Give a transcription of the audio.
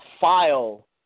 file